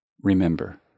Remember